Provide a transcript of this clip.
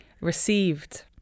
Received